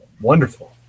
Wonderful